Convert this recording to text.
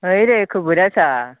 हय रे खबर आसा